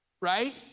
Right